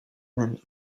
men